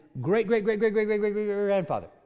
great-great-great-great-great-great-great-great-grandfather